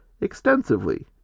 extensively